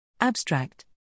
Abstract